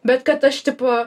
bet kad aš tipo